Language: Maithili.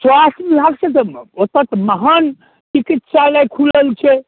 स्वास्थ्य विभागसँ ज ओतय तऽ महान चिकित्सालय खुलल छै